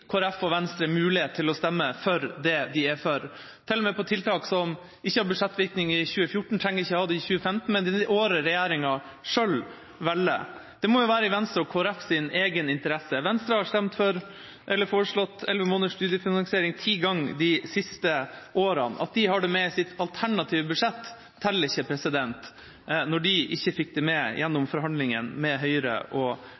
Folkeparti og Venstre mulighet til å stemme for det de er for når det gjelder tiltak som ikke har budsjettvirkning i 2014, som ikke trenger å ha det i 2015, men i det året regjeringa selv velger? Det må jo være i Venstre og Kristelig Folkepartis egen interesse. Venstre har foreslått elleve måneders studiefinansiering ti ganger de siste årene – det at de har det med i sitt alternative budsjett teller ikke når de ikke fikk det med gjennom forhandlingene med Høyre og